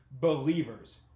believers